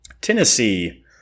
Tennessee